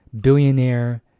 billionaire